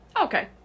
okay